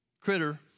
critter